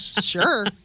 Sure